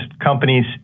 companies